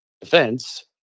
defense